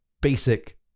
basic